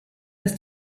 dass